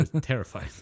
terrified